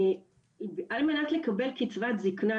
על מנת לקבל קצבת זקנה,